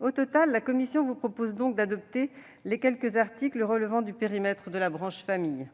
La commission vous proposera d'adopter les quelques articles relevant du périmètre de la branche famille.